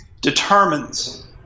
determines